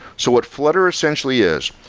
so what flutter essentially is,